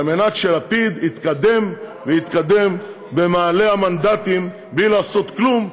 על מנת שלפיד יתקדם ויתקדם במעלה המנדטים בלי לעשות כלום,